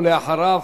ואחריו,